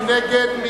מי נגד?